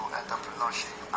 entrepreneurship